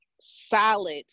solid